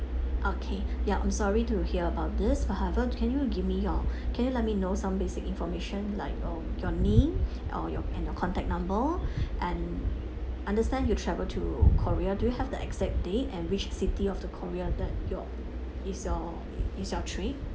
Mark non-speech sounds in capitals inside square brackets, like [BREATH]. okay yup I'm sorry to hear about this but however can you give me your [BREATH] can you let me know some basic information like um your name or your and your contact number [BREATH] and understand you travel to korea do you have the exact date and which city of the korea that your is your is your trip